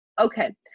Okay